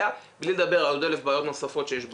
בלי לדבר על עוד אלף בעיות נוספות שיש בענף.